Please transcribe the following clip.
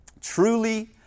Truly